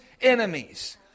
enemies